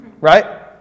right